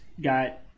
got